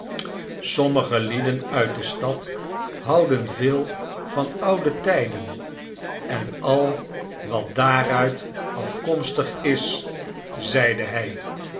sommige lieden uit de stad houden veel van oude tijden en al wat daaruit afkomstig is zeide hij